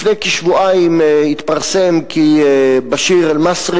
לפני כשבועיים התפרסם כי באשיר אל-מצרי